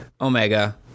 omega